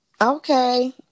Okay